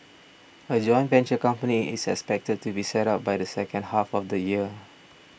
a joint venture company is expected to be set up by the second half of the year